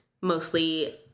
mostly